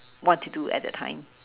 want to do at that time